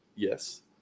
Yes